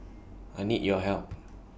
I need your help